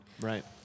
Right